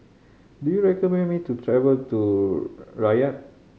do you recommend me to travel to Riyadh